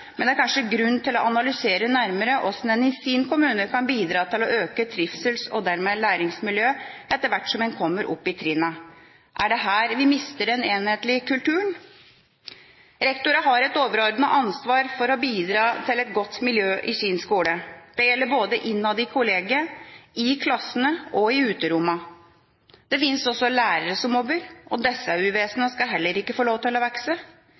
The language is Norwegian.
men det er kanskje grunn til å analysere nærmere hvordan en i sin kommune kan bidra til å øke trivselsmiljøet og dermed læringsmiljøet etter hvert som en kommer opp i trinnene. Er det her vi mister den enhetlige kulturen? Rektorene har et overordnet ansvar for å bidra til et godt miljø i sin skole. Det gjelder både innad i kollegiet, i klassene og i uterommene. Det fins også lærere som mobber, og disse uvesena skal heller ikke få lov til å vokse.